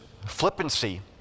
flippancy